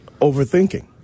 Overthinking